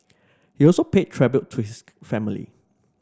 he also paid tribute to his family